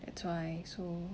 that's why so